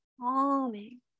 calming